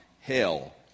hell